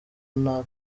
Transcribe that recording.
nta